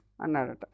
Anarata